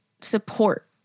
support